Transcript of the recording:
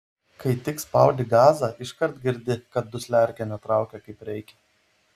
kai tik spaudi gazą iškart girdi kad dusliarkė netraukia kaip reikia